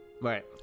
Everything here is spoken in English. Right